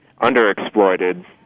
underexploited